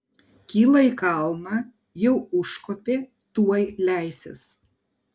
kyla į kalną jau užkopė tuoj leisis